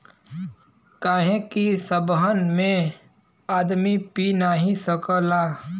काहे कि सबहन में आदमी पी नाही सकला